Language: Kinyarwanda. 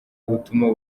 ubutumwa